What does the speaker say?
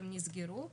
נסגרו,